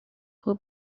who